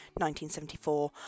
1974